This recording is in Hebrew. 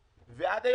אז את יכולה להראות.